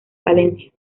palencia